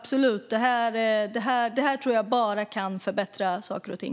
Det här tror jag bara kan förbättra saker och ting.